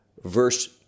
Verse